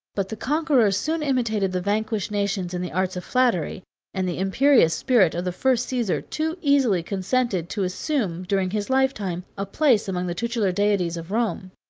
but the conquerors soon imitated the vanquished nations in the arts of flattery and the imperious spirit of the first caesar too easily consented to assume, during his lifetime, a place among the tutelar deities of rome.